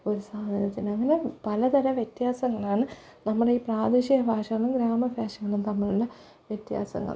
ഒരു സാധനത്തിന് അങ്ങനെ പലതര വ്യത്യാസങ്ങളാണ് നമ്മുടെ ഈ പ്രാദേശിക ഭാഷകളും ഗ്രാമഭാഷകളും തമ്മിലുള്ള വ്യത്യാസങ്ങൾ